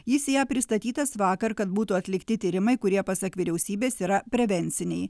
jis į ją pristatytas vakar kad būtų atlikti tyrimai kurie pasak vyriausybės yra prevenciniai